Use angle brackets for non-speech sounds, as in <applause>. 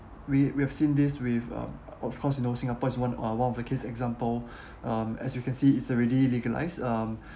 we we've seen this with uh of course you know singapore is one o~ one of the case example <breath> um as you can see it's already legalized um